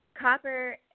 copper